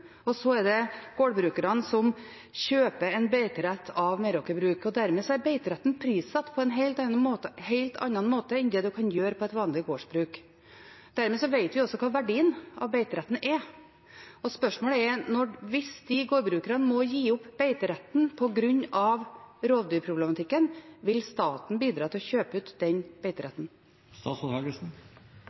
og så er det gårdbrukerne som kjøper en beiterett av Meraker Brug. Dermed er beiteretten prissatt på en helt annen måte enn det en kan gjøre på et vanlig gårdsbruk. Dermed vet vi også hva verdien av beiteretten er. Spørsmålet er: Hvis disse gårdbrukerne må gi opp beiteretten på grunn av rovdyrproblematikken, vil staten bidra til å kjøpe ut den